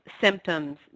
symptoms